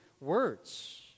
words